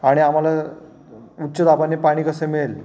आणि आम्हाला उच्चदाबाने पाणी कसं मिळेल